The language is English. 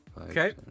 Okay